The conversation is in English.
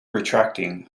retracting